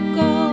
go